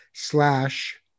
Slash